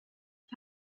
ich